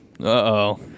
Uh-oh